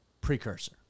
precursor